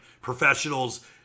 professionals